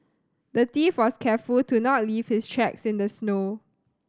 the thief was careful to not leave his tracks in the snow